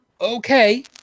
okay